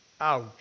Ouch